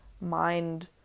mind